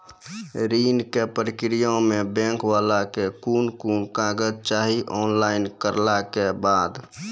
ऋण के प्रक्रिया मे बैंक वाला के कुन कुन कागज चाही, ऑनलाइन करला के बाद?